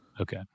okay